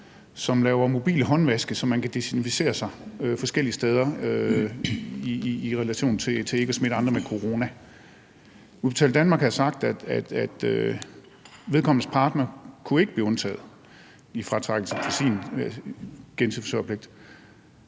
som laver mobile håndvaske, så man kan desinficere sig forskellige steder for ikke at smitte andre med corona. Udbetaling Danmark havde sagt, at vedkommendes partner ikke kunne blive undtaget fra at blive modregnet i forbindelse